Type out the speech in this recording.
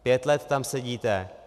Pět let tam sedíte.